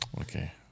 Okay